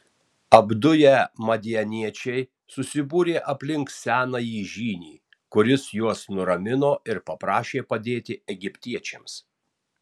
apduję madianiečiai susibūrė aplink senąjį žynį kuris juos nuramino ir paprašė padėti egiptiečiams